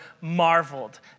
marveled